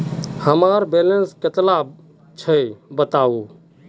हमार बैलेंस कतला छेबताउ?